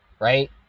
right